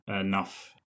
enough